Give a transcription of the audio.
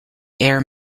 air